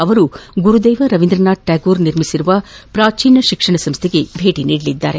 ಅವರು ಗುರುದೇವ್ ರವಿಂದ್ರನಾಥ್ ಠಾಗೋರ್ ನಿರ್ಮಿಸಿರುವ ಪ್ರಾಚೀನ ಶಿಕ್ಷಣ ಸಂಸ್ಥೆಗೂ ಭೇಟಿ ನೀಡಲಿದ್ದಾರೆ